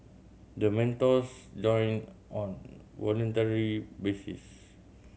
the mentors join on voluntary basis